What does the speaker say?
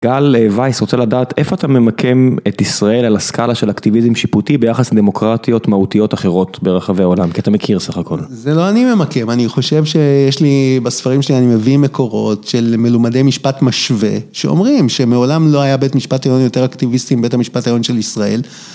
גל וייס רוצה לדעת איפה אתה ממקם את ישראל על הסקאלה של אקטיביזם שיפוטי ביחס לדמוקרטיות מהותיות אחרות ברחבי העולם? כי אתה מכיר סך הכל. זה לא אני ממקם, אני חושב שיש לי בספרים שלי, אני מביא מקורות של מלומדי משפט משווה שאומרים שמעולם לא היה בית משפט עליון יותר אקטיביסטי מבית המשפט העליון של ישראל.